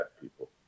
people